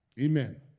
Amen